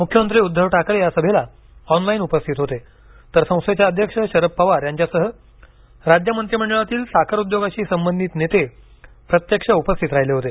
मुख्यमंत्री उद्दव ठाकरे या सभेला ऑनलाईन उपस्थित होते तर संस्थेचे अध्यक्ष शरद पवार यांच्यासह राज्य मंत्रिमंडळातील साखर उद्योगाशी संबंधित नेते प्रत्यक्ष उपस्थित राहिले होते